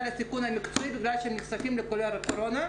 הסיכון המקצועי שהם נחשפים לחולי הקורונה,